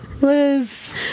Liz